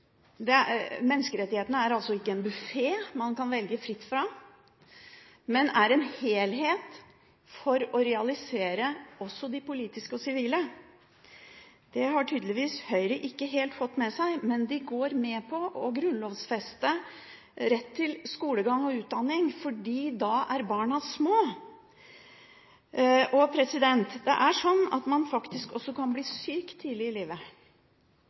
Høyre til menneskerettighetene. Menneskerettighetene er altså ikke en buffé man kan velge fritt fra, men er en helhet for å realisere også de politiske og sivile. Det har Høyre tydeligvis ikke helt fått med seg, men de går med på å grunnlovfeste rett til skolegang og utdanning, fordi da er barna små. Man kan faktisk også bli syk tidlig i livet.